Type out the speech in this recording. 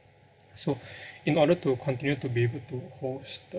so in order to continue to be able to host the